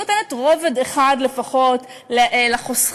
נותנת רובד אחד לפחות לחוסכים,